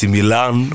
Milan